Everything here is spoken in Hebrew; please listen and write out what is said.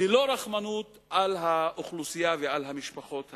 ללא רחמנות, על האוכלוסייה ועל המשפחות החלשות.